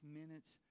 minutes